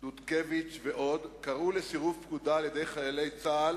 דודקביץ ועוד לסירוב פקודה של חיילי צה"ל